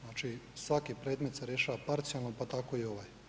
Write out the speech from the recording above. Znači svaki predmet se rješava parcijalno pa tako i ovaj.